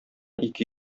ике